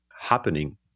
happening